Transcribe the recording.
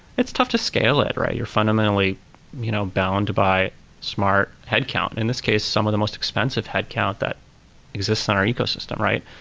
it's tough to scale it, right? you're fundamentally you know bound by smart headcount. in this case, some of the most expensive headcount that exists on our ecosystem, right?